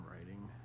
writing